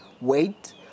wait